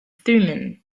thummim